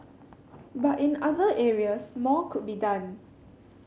but in other areas more could be done